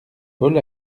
paul